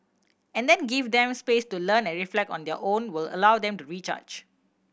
and then give them space to learn and reflect on their own will allow them to recharge